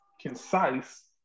concise